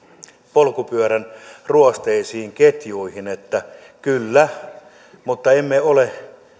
polkupyörän ruosteisiin ketjuihin kyllä teemme mutta emme ole